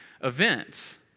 events